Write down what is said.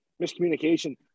miscommunication